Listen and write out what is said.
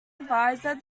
advisor